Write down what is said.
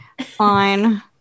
fine